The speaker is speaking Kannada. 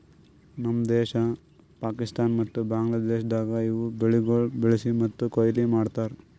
ನಮ್ ದೇಶ, ಪಾಕಿಸ್ತಾನ ಮತ್ತ ಬಾಂಗ್ಲಾದೇಶದಾಗ್ ಇವು ಬೆಳಿಗೊಳ್ ಬೆಳಿಸಿ ಮತ್ತ ಕೊಯ್ಲಿ ಮಾಡ್ತಾರ್